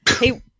Hey